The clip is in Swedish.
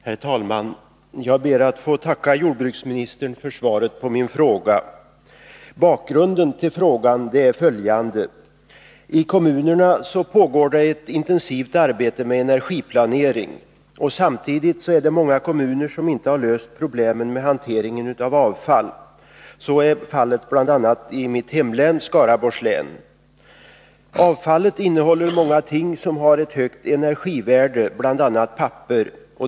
Herr talman! Jag ber att få tacka jordbruksministern för svaret på min fråga. Bakgrunden till frågan är följande: I kommunerna pågår ett intensivt arbete med energiplanering. Samtidigt har man i många kommuner inte löst problemen med hanteringen av avfall. Så är fallet bl.a. i mitt hemlän, Skaraborgs län. Avfallet innehåller ting som har ett högt energivärde, bl.a. papper.